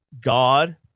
God